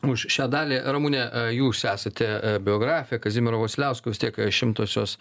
už šią dalį ramune jūs esate biografė kazimiero vasiliausko vis tiek šimtosios